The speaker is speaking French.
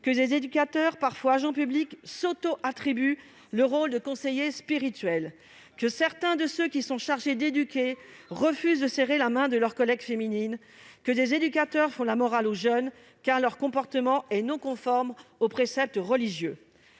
que des éducateurs, parfois agents publics, s'auto-attribuent le rôle de conseiller spirituel ; que certains de ceux qui sont chargés d'éduquer refusent de serrer la main de leurs collègues féminines ; que des éducateurs font la morale aux jeunes, car leur comportement n'est pas conforme aux préceptes religieux.